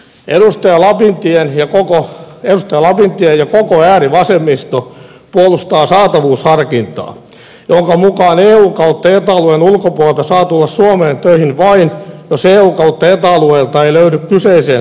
edustaja lapintie ja koko äärivasemmisto puolustavat saatavuusharkintaa jonka mukaan eu ja eta alueen ulkopuolelta saa tulla suomeen töihin vain jos eu ja eta alueelta ei löydy kyseiseen työhön tekijää